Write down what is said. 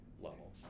level